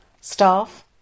Staff